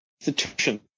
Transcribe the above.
institution